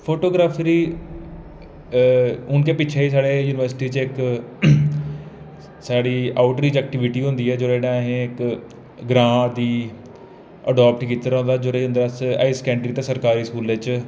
photography हून ते पिच्छै जेही साढ़ै यूनिवर्सिटी च इक साढ़ी आउट रिऐक्टिबिटी होंदी ऐ अहें ग्रां गी आडाप्ट कीते दा होंदा हाई सकैंडरी ते सरकारी स्कूलें च